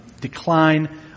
decline